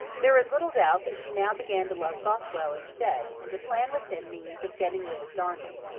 there is little doubt that she now began to love bothwell instead, and to plan with him means of getting rid of darnley.